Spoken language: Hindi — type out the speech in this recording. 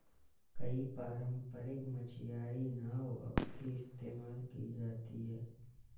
कई पारम्परिक मछियारी नाव अब भी इस्तेमाल की जाती है